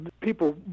people